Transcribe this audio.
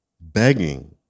Begging